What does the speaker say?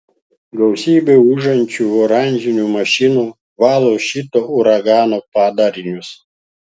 gausybė ūžiančių oranžinių mašinų valo šito uragano padarinius